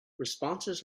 responses